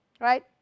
right